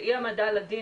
באי העמדה לדין,